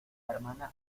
hermana